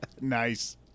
Nice